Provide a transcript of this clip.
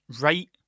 right